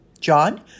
John